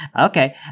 okay